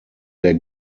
der